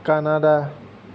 Canada